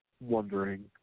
Wondering